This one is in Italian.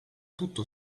tutto